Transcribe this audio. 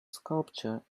sculpture